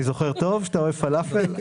אני זוכר טוב שאתה אוהב פלאפל?